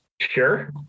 Sure